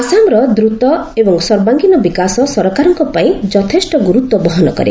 ଆସାମର ଦ୍ରତ ଓ ସର୍ବାଙ୍ଗୀନ ବିକାଶ ସରକାରଙ୍କ ପାଇଁ ଯଥେଷ୍ଟ ଗୁରୁତ୍ୱ ବହନ କରେ